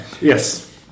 Yes